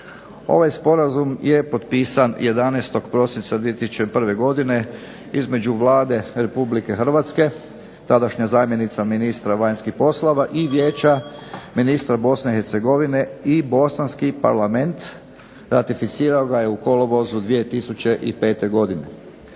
Ovaj Sporazum je potpisan 11. prosinca 2001. godine između Vlade Republike Hrvatske, tadašnja zamjenica ministra vanjskih poslova i Vijeća ministra Bosne i Hercegovine i bosanski Parlament ratificirao ga je u kolovozu 2005. godine.